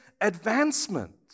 advancement